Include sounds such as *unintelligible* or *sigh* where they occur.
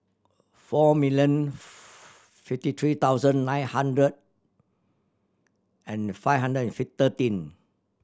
four million *noise* fifty three thousand nine hundred and five hundred and *unintelligible*